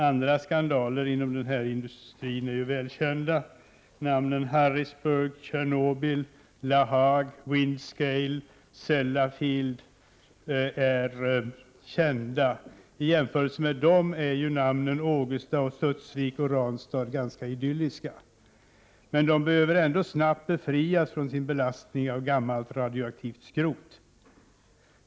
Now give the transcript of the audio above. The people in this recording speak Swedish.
Andra skandaler inom den här industrin är välkända: Harrisburg, Tjernobyl, La Hague, Windscale, Sellafield. I jämförelse med de platserna är Ågesta, Studsvik och Ranstad ganska idylliska, men de behöver ändå snabbt befrias från belastningen av gammalt radioaktivt skrot.